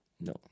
No